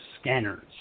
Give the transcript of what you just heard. Scanners